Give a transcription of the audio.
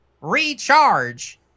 Recharge